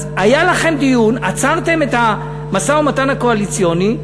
אז היה לכם דיון, עצרתם את המשא-ומתן הקואליציוני,